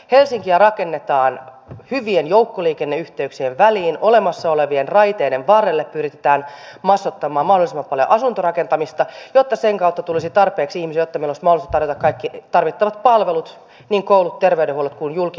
helsinkiä rakennetaan hyvien joukkoliikenneyhteyksien väliin olemassa olevien raiteiden varrelle pyritään massoittamaan mahdollisimman paljon asuntorakentamista jotta sen kautta tulisi tarpeeksi ihmisiä jotta meillä olisi mahdollisuus tarjota kaikki tarvittavat palvelut niin koulut terveydenhuollot kuin julkinen liikenne